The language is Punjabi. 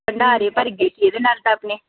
ਭੰਡਾਰੇ ਭਰ ਗਏ ਸੀ ਇਹਦੇ ਨਾਲ ਤਾਂ ਆਪਣੇ